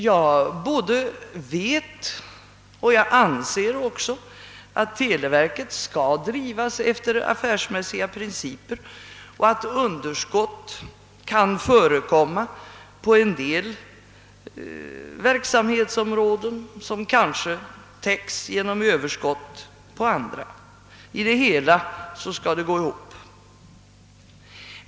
Jag vet — och anser att det är riktigt — att televerket skall drivas efter affärsmässiga principer och att det på en del verksamhetsområden kan förekommia underskott som kanske täcks av överskott på andra områden. I det hela skall det gå ihop.